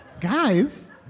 Guys